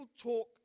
talk